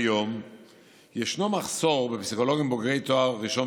כיום ישנו מחסור בפסיכולוגים בוגרי תואר ראשון